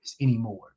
anymore